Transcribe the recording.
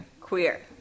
queer